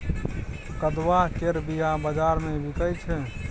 कदुआ केर बीया बजार मे बिकाइ छै